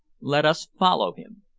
let us follow him.